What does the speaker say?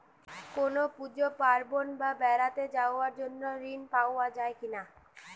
কোনো পুজো পার্বণ বা বেড়াতে যাওয়ার জন্য ঋণ পাওয়া যায় কিনা?